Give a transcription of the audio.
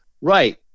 Right